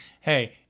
Hey